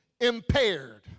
impaired